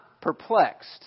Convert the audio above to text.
perplexed